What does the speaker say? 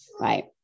right